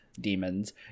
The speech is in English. Demons